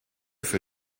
für